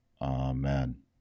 Amen